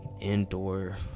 indoor